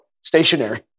stationary